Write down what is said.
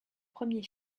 premier